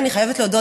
אני חייבת להודות,